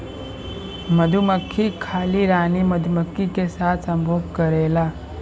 मधुमक्खी खाली रानी मधुमक्खी के साथ संभोग करेला